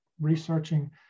researching